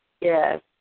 Yes